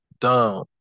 down